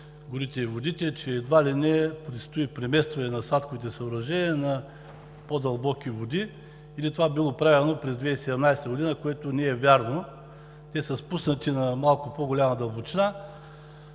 храните и горите, че едва ли не предстои преместване на садковите съоръжения в по-дълбоки води – това било правено през 2017 г., което не е вярно. Те са спуснати на малко по-голяма дълбочина,